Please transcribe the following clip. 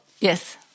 Yes